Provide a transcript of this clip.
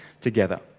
together